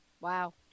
Wow